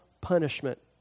punishment